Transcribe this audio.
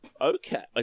Okay